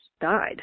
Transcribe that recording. died